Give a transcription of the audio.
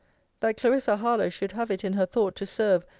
that clarissa harlowe should have it in her thought to serve,